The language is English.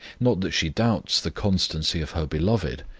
not that she doubts the constancy of her beloved,